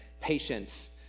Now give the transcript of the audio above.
patience